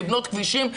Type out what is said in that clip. לבנות כבישים,